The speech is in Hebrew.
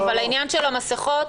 בעניין של המסכות,